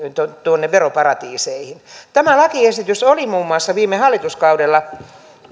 veroparatiiseihin tämä lakiesitys oli muun muassa viime hallituskaudella